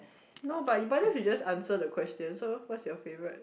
no but but if you just answer the question so what's your favourite